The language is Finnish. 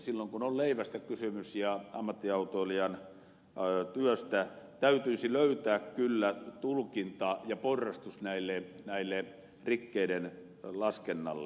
silloin kun on leivästä kysymys ja ammattiautoilijan työstä täytyisi löytää kyllä tulkinta ja porrastus näiden rikkeiden laskennalle